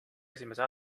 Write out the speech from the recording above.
esimese